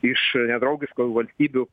iš nedraugiškų valstybių